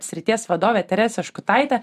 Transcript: srities vadovė terese škutaite